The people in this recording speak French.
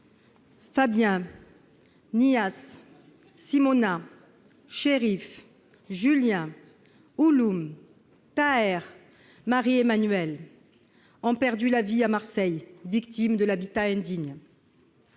Fabien, Niasse, Simona, Cherif, Julien, Ouloume, Taher, Marie-Emmanuelle ont perdu la vie à Marseille, victimes de l'habitat indigne.